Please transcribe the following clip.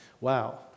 Wow